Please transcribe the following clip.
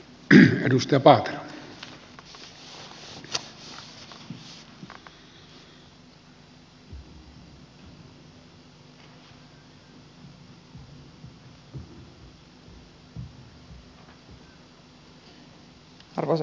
arvoisa herra puhemies